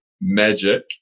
magic